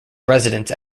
residence